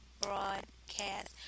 broadcast